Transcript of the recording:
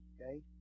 okay